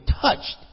touched